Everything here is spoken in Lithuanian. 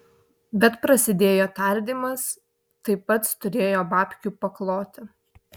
bet prasidėjo tardymas tai pats turėjo babkių pakloti